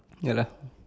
ya lah